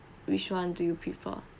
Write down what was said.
which one do you prefer